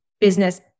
business